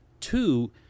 Two